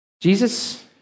Jesus